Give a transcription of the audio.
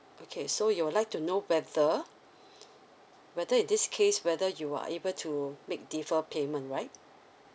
okay so you would like to know whether whether in this case whether you are able to make defer payment right